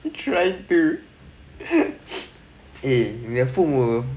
you try to eh 你的父母